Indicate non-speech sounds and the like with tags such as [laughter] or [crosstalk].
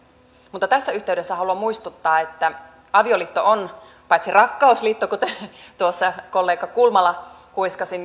mutta tässä yhteydessä haluan muistuttaa että avioliitto on paitsi rakkausliitto kuten tuossa kollega kulmala kuiskasi [unintelligible]